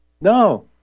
No